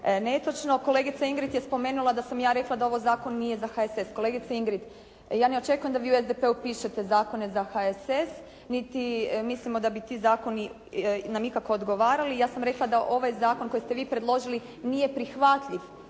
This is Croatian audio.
je netočno. Kolegica Ingrid je spomenula da sam ja rekla da ovo zakon nije za HSS. Kolegice Ingrid ja ne očekujem da vi u SDP-u pišete zakone za HSS niti mislimo da bi ti zakoni nam ikako odgovarali. Ja sam rekla da ovaj zakon koji ste vi predložili nije prihvatljiv